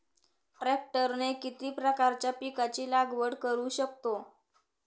ट्रॅक्टरने किती प्रकारच्या पिकाची लागवड करु शकतो?